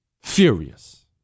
furious